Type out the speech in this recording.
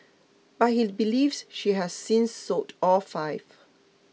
but he believes she has since sold all five